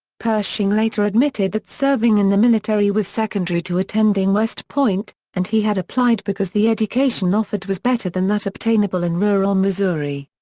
pershing later admitted that serving in the military was secondary to attending west point, and he had applied because the education offered was better than that obtainable in rural missouri.